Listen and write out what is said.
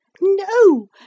No